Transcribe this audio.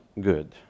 good